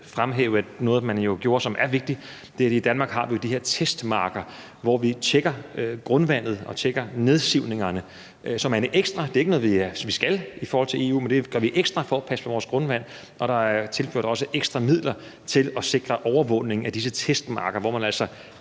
fremhæve, at noget, som man gjorde, og som er vigtigt, var, at vi jo i Danmark har de her testmarker, hvor vi tjekker grundvandet og tjekker nedsivningen. Det er ikke noget, vi skal i forhold til EU, men det gør vi ekstra for at passe på vores grundvand, og der er også tilført ekstra midler til at sikre overvågning af disse testmarker, hvor man altså